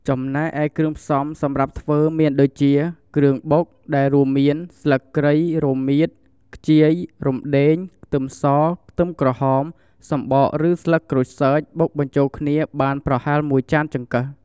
ចំណែកឯគ្រឿងផ្សំសម្រាប់ធ្វើមានដូចជា គ្រឿងបុក ដែលរួមមាន ស្លឹកគ្រៃ រមៀត ខ្ជាយ រំដេង ខ្ទឹមស ខ្ទឹមក្រហម សម្បកឬស្លឹកក្រូចសើចបុកបញ្ជូលគ្នាបាន ប្រហែល១ចានចង្កឹះ។